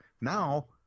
Now